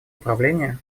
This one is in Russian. управления